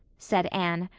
said anne.